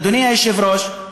אדוני היושב-ראש,